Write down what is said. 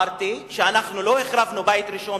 שאנחנו לא החרבנו את בית ראשון,